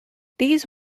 these